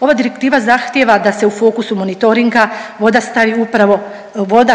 Ova direktiva zahtijeva da se u fokusu monitoringa voda